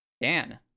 Dan